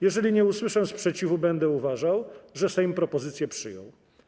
Jeżeli nie usłyszę sprzeciwu, będę uważał, że Sejm propozycję przyjął.